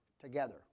together